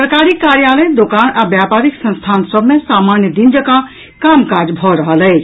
सरकारी कार्यालय दोकान आ व्यापारिक संस्थान सभ मे सामान्य दिन जकाँ काम काज भऽ रहल अछि